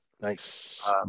nice